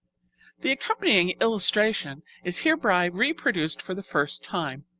the accompanying illustration is hereby reproduced for the first time.